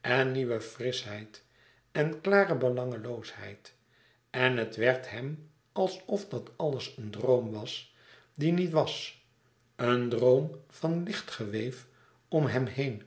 en nieuwe frischheid en klare belangeloosheid en het werd hem alsof dat alles een droom was die niet wàs een droom van lichtgeweef om hem heen